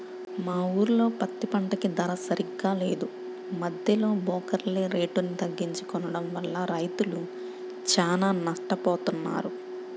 మా ఊర్లో పత్తి పంటకి ధర సరిగ్గా లేదు, మద్దెలో బోకర్లే రేటుని తగ్గించి కొనడం వల్ల రైతులు చానా నట్టపోతన్నారు